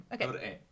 Okay